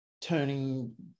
turning